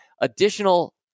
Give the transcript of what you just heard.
additional